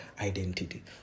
Identity